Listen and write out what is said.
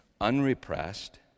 unrepressed